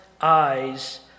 eyes